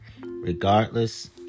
Regardless